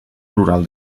plural